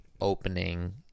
opening